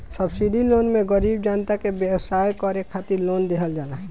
subsidy loan मे गरीब जनता के व्यवसाय करे खातिर लोन देहल जाला